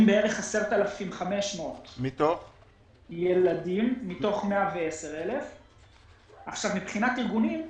בערך 10,500 ילדים, מתוך 110,000. מבחינת ארגונים,